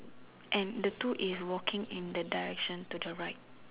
and the two is walking in the direction to the right